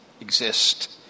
exist